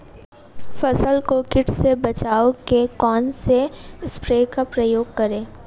फसल को कीट से बचाव के कौनसे स्प्रे का प्रयोग करें?